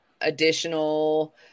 additional